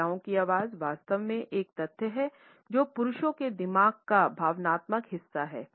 महिलाओं की आवाज़ वास्तव में एक तथ्य है जो पुरुषों के दिमाग का भावनात्मक हिस्सा है